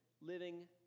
living